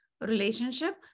relationship